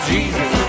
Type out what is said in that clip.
Jesus